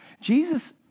Jesus